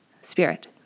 spirit